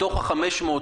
שימוש,